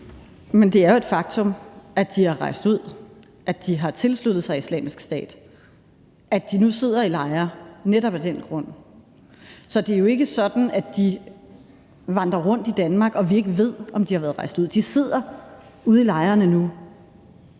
Men det er jo et faktum, at de er rejst ud, at de har tilsluttet sig Islamisk Stat, og at de nu sidder i lejre af netop den grund. Det er ikke sådan, at de vandrer rundt i Danmark, og at vi ikke ved, om de har været rejst ud. De sidder ude i lejrene nu.